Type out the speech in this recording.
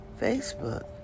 Facebook